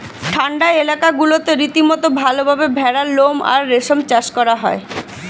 ঠান্ডা এলাকাগুলোতে রীতিমতো ভালভাবে ভেড়ার লোম আর রেশম চাষ করা হয়